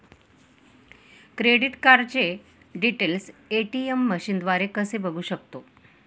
Credit कार्डचे details ATM मशीनद्वारे कसे बघू शकतो?